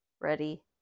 ready